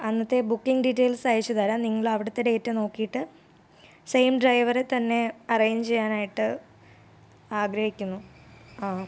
അന്നത്തെ booking details അയച്ചുതരാം നിങ്ങൾ അവിടുത്തെ ഡേറ്റ നോക്കിയിട്ട് സെയിം ഡ്രൈവറെ തന്നെ അറേഞ്ച് ചെയ്യാനായിട്ട് ആഗ്രഹിക്കുന്നു ആ